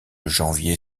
janvier